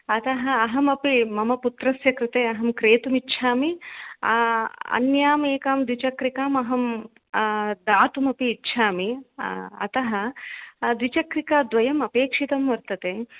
अतः अहमपि मम पुत्रस्य कृते अहं क्रेतुमिच्छामि अन्यामेकद्विचक्रिकामहं दातुमपि इच्छामि अतः द्विचक्रियाद्वयम् अपेक्षितं वर्तते